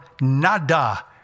nada